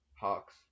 Hawks